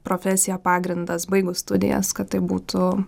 profesija pagrindas baigus studijas kad tai būtų